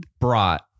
brought